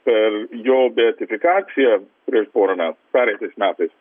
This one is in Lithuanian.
per jo beatifikaciją prieš porą metų pereitais metais